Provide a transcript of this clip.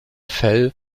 fell